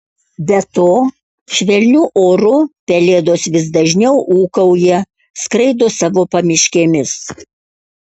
be to švelniu oru pelėdos vis dažniau ūkauja skraido savo pamiškėmis